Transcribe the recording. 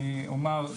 אני אומר,